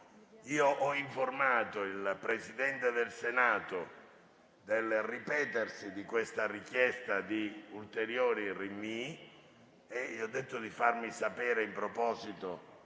Ho informato il Presidente del Senato del ripetersi della richiesta di ulteriori rinvii; le ho chiesto di farmi sapere in proposito